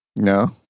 no